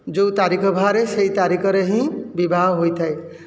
ଯେଉଁ ତାରିଖ ବାହାରେ ସେହି ତାରିଖରେ ହିଁ ବିବାହ ହୋଇଥାଏ